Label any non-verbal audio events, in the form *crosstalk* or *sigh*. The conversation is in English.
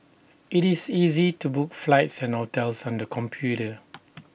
IT is easy to book flights and hotels on the computer *noise*